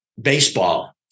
baseball